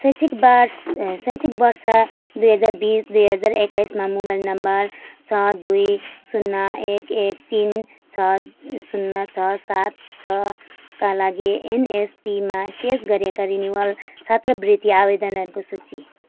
शैक्षिक वर्ष ए शैक्षिक वर्ष दुई हजार बिस दुई हजार एक्काइसमा मोबाइल नम्बर छ दुई शून्य एक एक तिन छ शून्य छ सात छका लागि एनएसपीमा पेस गरिएका रिनिवल छात्रवृत्ति आवेदनहरूको सूची